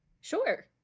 Sure